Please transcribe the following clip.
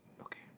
Okay